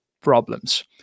problems